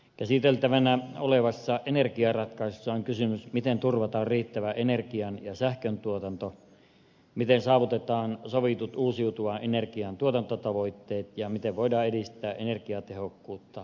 käsiteltävänä olevassa energiaratkaisussa on kysymys siitä miten turvataan riittävä energian ja sähköntuotanto miten saavutetaan sovitut uusiutuvan energian tuotantotavoitteet ja miten voidaan edistää energiatehokkuutta ja säästöjä